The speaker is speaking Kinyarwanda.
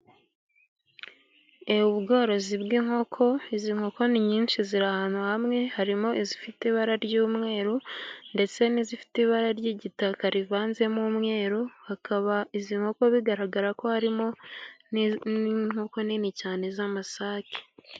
Ubworozi bw'inkoko, izi nkoko ni nyinshi ziri ahantu hamwe, harimo izifite ibara ry'umweru ndetse n'izifite ibara ry'igitaka rivanzemo umweru, hakaba izi nkoko bigaragara ko harimo n'inkoko nini cyane z'amasake.